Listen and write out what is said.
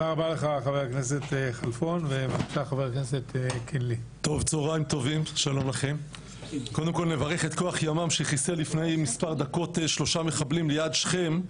אבל לצערי אנחנו כן צריכים לחוקק חוק,